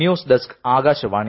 news desk Akashvani